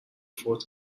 فوت